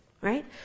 Right